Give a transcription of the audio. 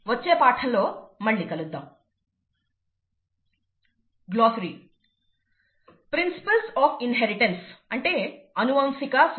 వచ్చే పాఠంలో మళ్లీ కలుద్దాము